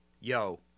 Yo